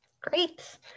Great